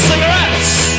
Cigarettes